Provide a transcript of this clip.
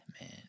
man